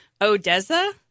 Odessa